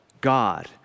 God